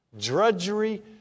Drudgery